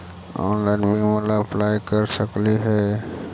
Online बीमा ला apply कर सकली हे?